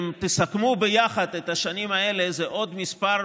אם תסכמו ביחד את השנים האלה זה עוד כמה